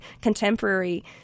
contemporary